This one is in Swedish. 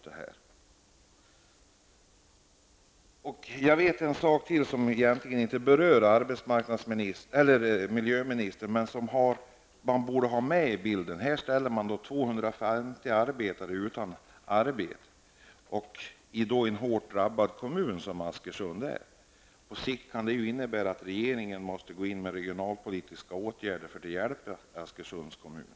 En annan sak, som egentligen inte berör miljöministern, men som man borde ha med i bilden, är att man ställer 250 arbetare utan arbete i en hårt drabbad kommun som Askersund. På sikt kan detta innebära att regeringen måste gå in med regionalpolitiska åtgärder för att hjälpa Askersunds kommun.